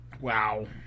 wow